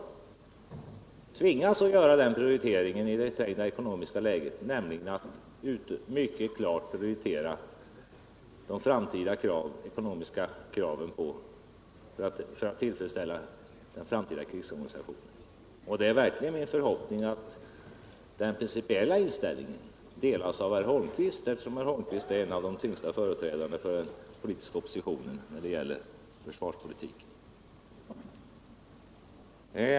Jag tvingas nämligen i det trängda ekonomiska läget mycket klart prioritera den framtida krigsorganisationen. Och det är verkligen min förhoppning att den principiella inställningen delas av herr Holmqvist, eftersom han är en av de tyngsta företrädarna för den politiska oppositionen när det gäller försvarspolitiken.